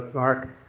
mark.